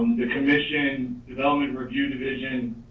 the commission development review, division,